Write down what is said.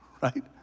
right